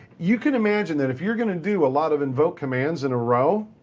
you can imagine that, if you're going to do a lot of invoke commands in a row,